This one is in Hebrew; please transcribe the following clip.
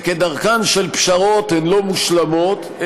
וכדרכן של פשרות הן לא מושלמות,